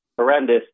horrendous